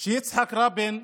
שיצחק רבין,